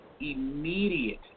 immediate